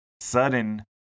sudden